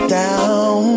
down